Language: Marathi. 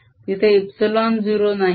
तिथे ε0 नाही आहे